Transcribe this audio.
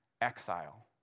exile